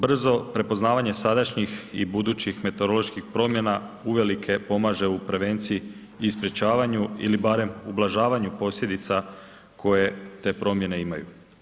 Brzo prepoznavanje sadašnjih i budućih meteoroloških promjena uvelike pomaže u prevenciji i sprječavanju ili barem ublažavanju posljedica koje te promjene imaju.